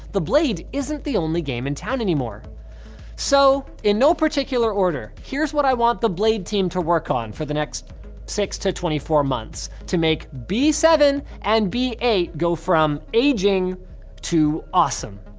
the blade isn't the only game in town anymore so, in no particular order, here's what i want the blade team to work on for the next six to twenty four months to make b seven and b eight go from aging to awesome.